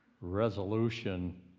resolution